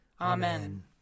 Amen